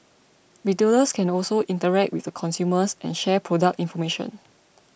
retailers can also interact with the consumers and share product information